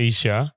Asia